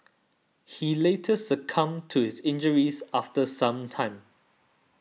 he later succumbed to his injuries after some time